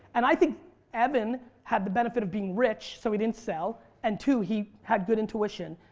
and i think evan had the benefit of being rich so he didn't sell and two he had good intuition.